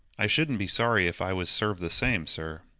i shouldn't be sorry if i was served the same, sir.